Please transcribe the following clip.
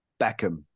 Beckham